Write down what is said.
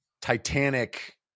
Titanic